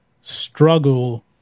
struggle